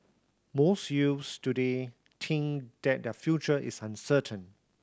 most youths today think that their future is uncertain